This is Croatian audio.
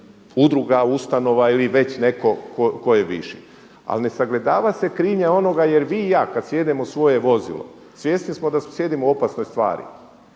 udruga, ustanova ili već netko tko je više. Ali ne sagledava se krivnja onoga jer i vi i ja kad sjednem u svoje vozilo svjesni smo da sjedimo u opasnoj stvari